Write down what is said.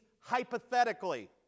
hypothetically